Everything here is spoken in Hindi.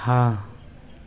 हाँ